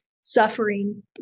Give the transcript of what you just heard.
suffering